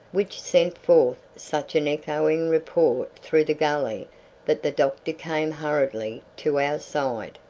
which sent forth such an echoing report through the gully that the doctor came hurriedly to our side.